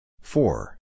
Four